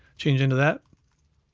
change into that,